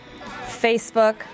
Facebook